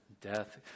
death